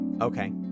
Okay